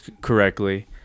correctly